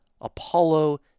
Apollo